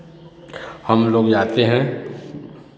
हमलोग जाते हैं